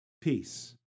Peace